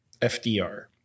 fdr